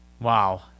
Wow